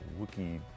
wookie